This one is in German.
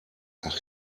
ach